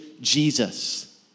Jesus